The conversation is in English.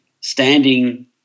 standing